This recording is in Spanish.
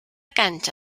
cancha